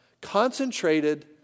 concentrated